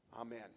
Amen